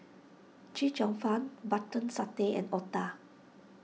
Chee Cheong Fun Button Satay and Otah